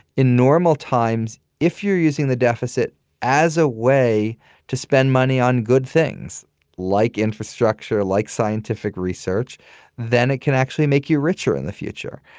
in normal times, if you're using the deficit as a way to spend money on good things like infrastructure, like scientific research then it can actually make you richer in the future,